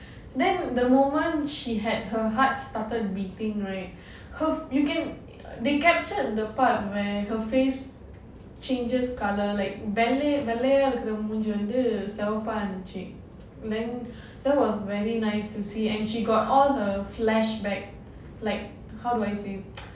then the moment she had her heart started beating right her you can they captured the part where her face changes colour like வெள்ளையா இருக்கிற மூஞ்சி செவப்பா இருந்துச்சு:vellaiyaa irukkira moonji sevappaa irundhuchu then that was very nice to see and she got all her flashback like how do I say